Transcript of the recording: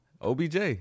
OBJ